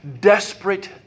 desperate